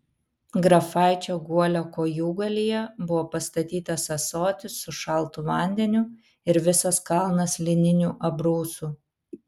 grafaičio guolio kojūgalyje buvo pastatytas ąsotis su šaltu vandeniu ir visas kalnas lininių abrūsų